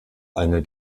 einer